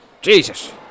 Jesus